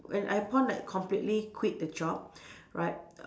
when I upon like completely quit the job right